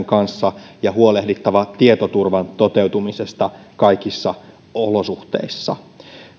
kanssa ja huolehdittava tietoturvan toteutumisesta kaikissa olosuhteissa